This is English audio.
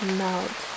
melt